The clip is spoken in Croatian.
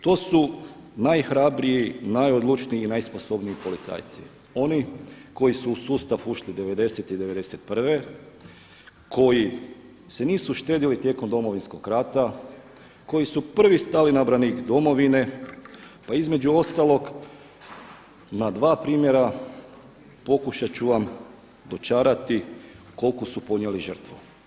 To su najhrabriji, najodlučniji i najsposobniji policajci, oni koji su u sustav ušli '90. i '91. koji se nisu štedili tijekom Domovinskog rata, koji su prvi stali na branik domovine pa između ostalog na dva primjera pokušat ću vam dočarati koliku su podnijeli žrtvu.